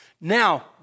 Now